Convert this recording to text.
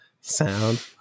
sound